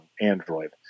Android